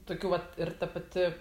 tokių va ir ta pati